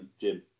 Jim